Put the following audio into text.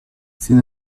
sin